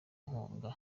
nkunga